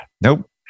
Nope